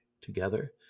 Together